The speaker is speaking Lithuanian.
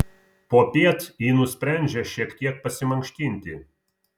popiet ji nusprendžia šiek tiek pasimankštinti